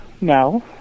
No